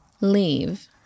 leave